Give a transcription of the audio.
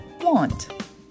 want